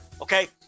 Okay